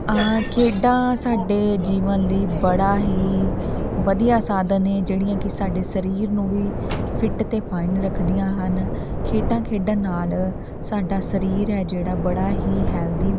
ਖੇਡਾਂ ਸਾਡੇ ਜੀਵਨ ਲਈ ਬੜਾ ਹੀ ਵਧੀਆ ਸਾਧਨ ਨੇ ਜਿਹੜੀਆਂ ਕਿ ਸਾਡੇ ਸਰੀਰ ਨੂੰ ਵੀ ਫਿੱਟ ਅਤੇ ਫਾਈਨ ਰੱਖਦੀਆਂ ਹਨ ਖੇਡਾਂ ਖੇਡਣ ਨਾਲ ਸਾਡਾ ਸਰੀਰ ਹੈ ਜਿਹੜਾ ਬੜਾ ਹੀ ਹੈਲਦੀ